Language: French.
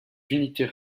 unités